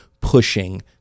pushing